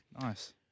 Nice